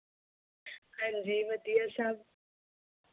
ਹਾਂਜੀ ਵਧੀਆ ਸਭ